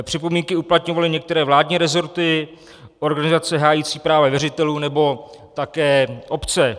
Připomínky uplatňovaly některé vládní rezorty, organizace hájící věřitelů nebo také obce.